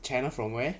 china from where